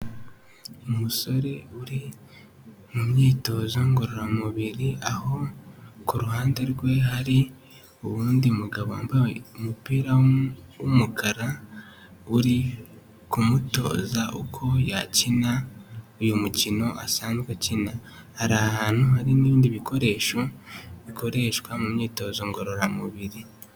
Umusore uri mu myitozo ngororamubiri aho ku ruhande rwe hari uwundi mugabo wambaye umupira w'umukara uri kumutoza uko yakina uyu mukino asanzwe akina bari ahantu hari n'ibindi bikoresho bikoreshwa mu myitozo ngororamubiri.